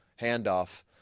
handoff